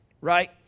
right